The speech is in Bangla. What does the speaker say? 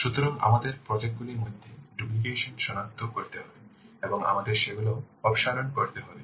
সুতরাং আমাদের প্রজেক্ট গুলির মধ্যে ডুপ্লিকেশন সনাক্ত করতে হবে এবং আমাদের সেগুলি অপসারণ করতে হবে